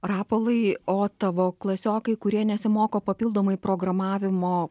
rapolai o tavo klasiokai kurie nesimoko papildomai programavimo